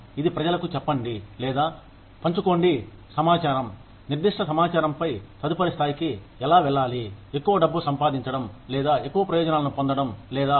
ఇది ప్రజలకు చెప్పడం లేదా పంచుకోవడం సమాచారం నిర్దిష్ట సమాచారంపై తదుపరి స్థాయికి ఎలా వెళ్లాలి ఎక్కువ డబ్బు సంపాదించడం లేదా ఎక్కువ ప్రయోజనాలను పొందడం లేదా ఏదైనా